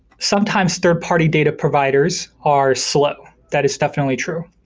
sometimes third-party data providers are slow. that is definitely true.